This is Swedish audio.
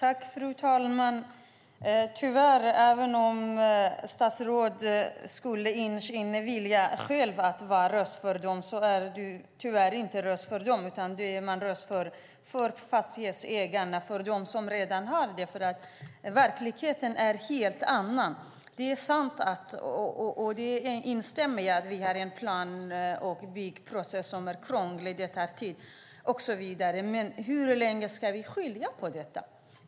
Fru talman! Även om statsrådet vill vara en röst för de bostadslösa är du tyvärr inte en röst för dem. Du är en röst för fastighetsägarna, för dem som redan har en bostad. Verkligheten är en helt annan. Jag instämmer i att plan och byggprocessen är krånglig. Hur länge ska vi skylla på den?